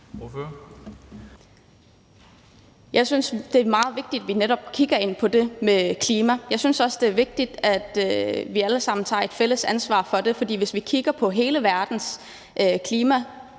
Jeg synes, det er meget vigtigt, at vi netop kigger på det med klimaet. Jeg synes også, det er vigtigt, at vi alle sammen tager et fælles ansvar for det, for hvis vi kigger på hele verdens klimaaftryk,